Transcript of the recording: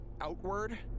outward